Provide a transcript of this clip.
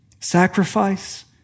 sacrifice